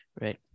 Right